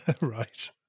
Right